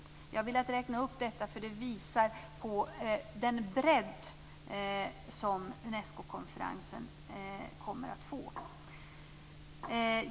Jag har velat räkna upp detta eftersom det visar på den bredd som Unescokonferensen kommer att få.